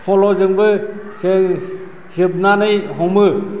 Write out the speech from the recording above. फल'जोंबो जों जोबनानै हमो